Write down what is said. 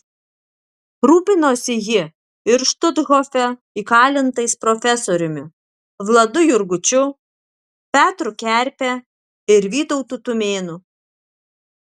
rūpinosi ji ir štuthofe įkalintais profesoriumi vladu jurgučiu petru kerpe ir vytautu tumėnu